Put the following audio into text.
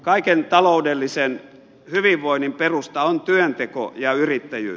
kaiken taloudellisen hyvinvoinnin perusta on työnteko ja yrittäjyys